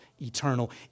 eternal